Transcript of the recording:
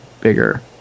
bigger